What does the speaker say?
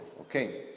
Okay